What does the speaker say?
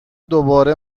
دوباره